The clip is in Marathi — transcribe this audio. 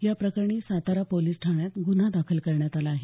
याप्रकरणी सातारा पोलिस ठाण्यात गुन्हा दाखल करण्यात आला आहे